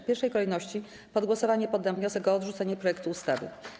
W pierwszej kolejności pod głosowanie poddam wniosek o odrzucenie projektu ustawy.